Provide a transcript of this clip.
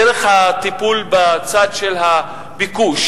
דרך הטיפול בצד של הביקוש,